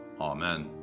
Amen